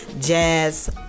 Jazz